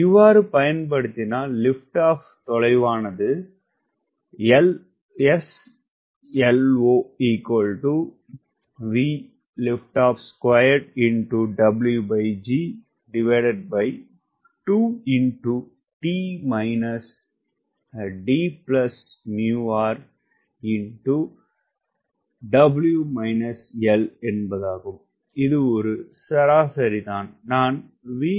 இவ்வாறு பயன்படுத்தினால் லிப்ட் ஆப் தொலைவானது இது ஒரு சராசரி தான் நான் VLO1